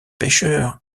pêcheur